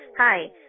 Hi